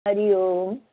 हरिओम